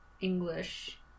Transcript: English